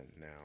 now